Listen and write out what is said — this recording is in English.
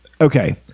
Okay